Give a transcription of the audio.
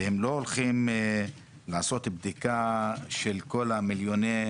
והם לא הולכים לעשות בדיקה של כל מיליוני